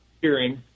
hearing